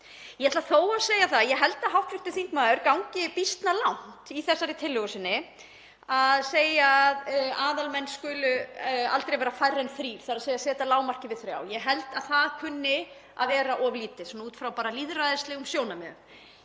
Ég ætla þó að segja að ég held að hv. þingmaður gangi býsna langt í þessari tillögu sinni að segja að aðalmenn skuli aldrei vera færri en þrír, þ.e. að setja lágmarkið við þrjá. Ég held að það kunni að vera of lítið svona út frá lýðræðislegum sjónarmiðum.